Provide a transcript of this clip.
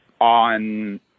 on